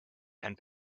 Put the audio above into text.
and